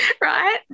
right